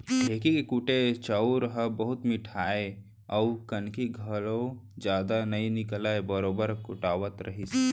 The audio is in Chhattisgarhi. ढेंकी के कुटे चाँउर ह बहुत मिठाय अउ कनकी घलौ जदा नइ निकलय बरोबर कुटावत रहिस